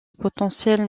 potentiel